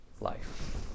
life